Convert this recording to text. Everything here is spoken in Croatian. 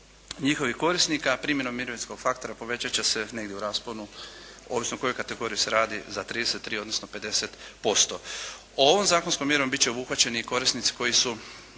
njihovih korisnika, primjenom mirovinskog faktora povećat će se negdje u rasponu, ovisno o kojoj kategoriji se radi, za 33, odnosno 50%. Ovom zakonskom mjerom biti će obuhvaćeni i korisnici koji su